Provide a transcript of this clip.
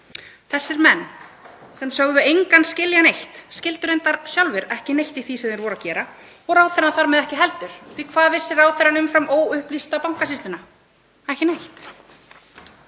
Þessir menn sem sögðu engan skilja neitt, skildu reyndar sjálfir ekki neitt í því sem þeir voru að gera og ráðherrann þar með ekki heldur, því hvað vissi ráðherrann umfram óupplýsta Bankasýsluna? Ekki neitt.